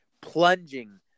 plunging